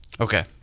Okay